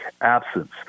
absence